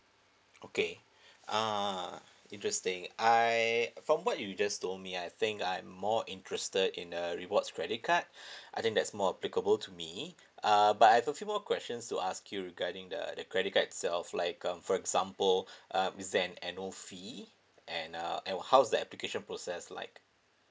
okay uh interesting I from what you just told me I think I'm more interested in a rewards credit card I think that's more applicable to me err but I've a few more questions to ask you regarding the the credit card itself like um for example um is there an annual fee and uh and how's the application process like